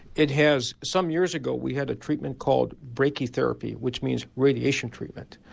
it has. some years ago we had a treatment called brachytherapy which means radiation treatment.